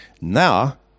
Now